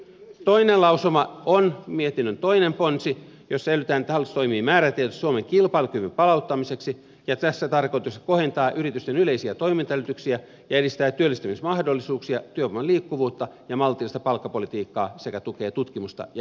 toinen lausuma on mietinnön toinen ponsi jossa edellytetään että hallitus toimii määrätietoisesti suomen kilpailukyvyn palauttamiseksi ja tässä tarkoituksessa kohentaa yritysten yleisiä toimintaedellytyksiä ja edistää työllistymismahdollisuuksia työvoiman liikkuvuutta ja maltillista palkkapolitiikkaa sekä tukee tutkimusta ja innovaatioita